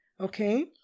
okay